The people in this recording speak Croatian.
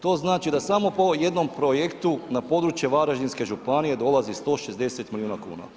To znači da samo po ovom jednom projektu na područje Varaždinske županije dolazi 160 milijuna kuna.